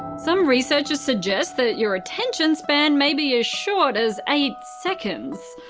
some researchers suggest that your attention span may be as short as eight seconds.